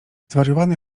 zwariowany